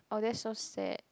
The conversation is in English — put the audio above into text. oh that's so sad